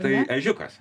tai ežiukas